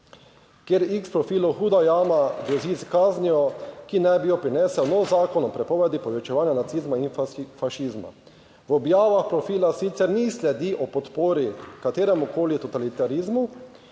kjer x Profilu Huda jama grozi s kaznijo, ki naj bi jo prinesel nov zakon o prepovedi povečevanja nacizma in fašizma. V objavah Profila sicer ni sledi o podpori kateremu koli totalitarizmu,